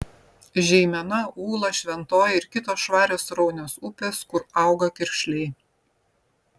žeimena ūla šventoji ir kitos švarios sraunios upės kur auga kiršliai